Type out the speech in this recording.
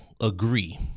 agree